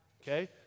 okay